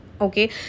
okay